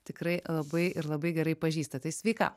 tikrai labai ir labai gerai pažįsta tai sveika